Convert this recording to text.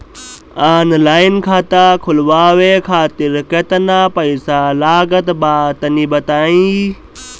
Online खाता खूलवावे खातिर केतना पईसा लागत बा तनि बताईं?